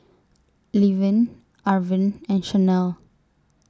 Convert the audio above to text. Levin Arvin and Chanelle